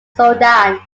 sudan